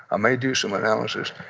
i may do some analysis.